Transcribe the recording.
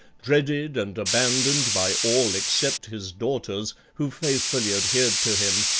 dreaded and abandoned by all except his daughters, who faithfully adhered to him,